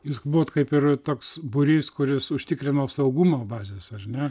jūs buvot kaip ir toks būrys kuris užtikrino saugumą bazės ar ne